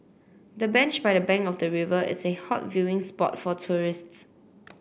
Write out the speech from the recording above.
the bench by the bank of the river is a hot viewing spot for tourists